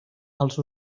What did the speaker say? els